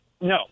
No